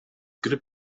gry